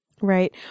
Right